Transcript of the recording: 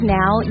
now